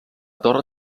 torre